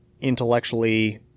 intellectually